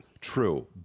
true